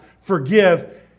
forgive